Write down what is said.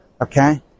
okay